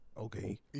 okay